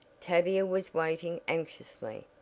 tavia was waiting anxiously.